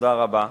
תודה רבה.